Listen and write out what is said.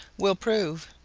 will prove.